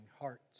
hearts